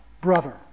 brother